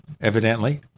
evidently